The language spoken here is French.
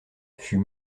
fut